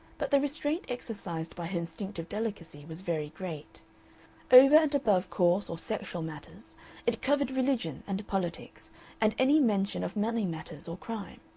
but the restraint exercised by her instinctive delicacy was very great over and above coarse or sexual matters it covered religion and politics and any mention of money matters or crime,